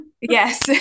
Yes